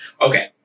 Okay